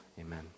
Amen